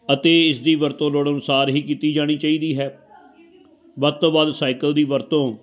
ਅਤੇ ਇਸ ਦੀ ਵਰਤੋਂ ਲੋੜ ਅਨੁਸਾਰ ਹੀ ਕੀਤੀ ਜਾਣੀ ਚਾਹੀਦੀ ਹੈ ਵੱਧ ਤੋਂ ਵੱਧ ਸਾਈਕਲ ਦੀ ਵਰਤੋਂ